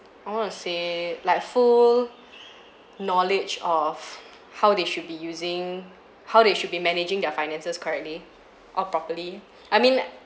I want to say like full knowledge of how they should be using how they should be managing their finances correctly or properly I mean